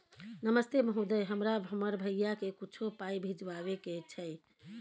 नमस्ते महोदय, हमरा हमर भैया के कुछो पाई भिजवावे के छै?